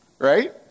Right